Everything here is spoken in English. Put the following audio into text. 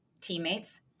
teammates